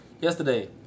yesterday